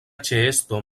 ĉeesto